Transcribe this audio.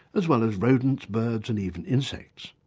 as well as rodents, birds and even insects.